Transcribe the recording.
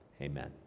Amen